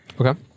Okay